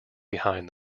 behind